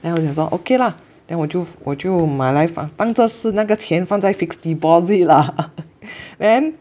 then 我想说 okay lah then 我就我就买来当当作是那个钱放在 fixed deposit lah then